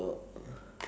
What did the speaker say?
ya